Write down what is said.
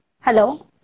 Hello